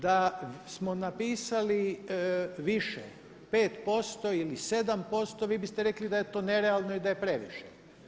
Da smo napisali više 5% ili 7% vi biste rekli da je to nerealno i da je previše.